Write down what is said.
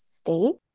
state